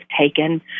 taken